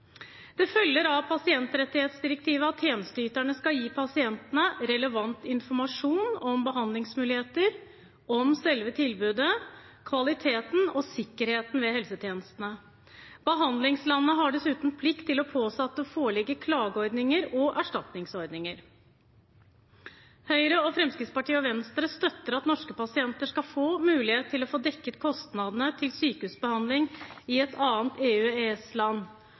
Det følger av pasientrettighetsdirektivet at tjenesteyterne skal gi pasientene relevant informasjon om behandlingsmuligheter, om selve tilbudet, kvaliteten og sikkerheten ved helsetjenestene. Behandlingslandet har dessuten plikt til å påse at det foreligger klageordninger og erstatningsordninger. Høyre, Fremskrittspartiet og Venstre støtter at norske pasienter skal få mulighet til å få dekket kostnadene til sykehusbehandling i et annet